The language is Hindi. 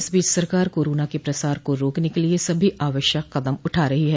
इस बीच सरकार कोरोना के प्रसार को रोकने के लिए सभी आवश्यक कदम उठा रही है